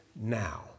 now